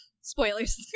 Spoilers